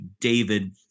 david